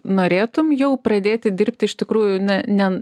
norėtum jau pradėti dirbti iš tikrųjų ne ne